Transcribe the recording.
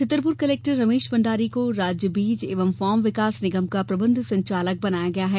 Chhatarpur collector Ramesh Bhandari को राज्य बीज एवं फार्म विकास निगम का प्रबंध संचालक बनाया गया है